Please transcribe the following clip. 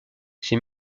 ses